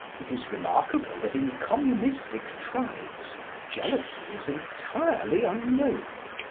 it is remarkable that in communistic tribes jealousy is entirely unknown.